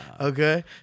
Okay